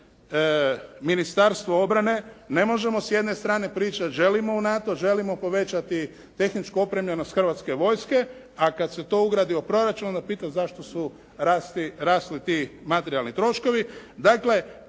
Ministarstvo obrane, ne možemo s jedne strane pričati, želimo u NATO, želimo povećati tehničku opremljenost Hrvatske vojske, a kada se to ugradi u proračun, onda pitati zašto su rasli ti materijalni troškovi. Dakle,